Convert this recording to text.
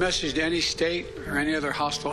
חבריי חברי הכנסת, כבוד השר,